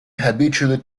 habitually